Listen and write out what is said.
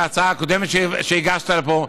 בהצעה קודמת שהגשת פה.